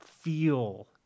feel